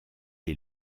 est